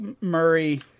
Murray